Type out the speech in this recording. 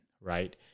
right